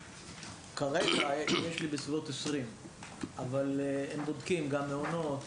כרגע יש לי בסביבות 20. הם בודקים מעונות,